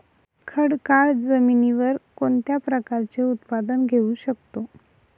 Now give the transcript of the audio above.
खडकाळ जमिनीवर कोणत्या प्रकारचे उत्पादन घेऊ शकतो?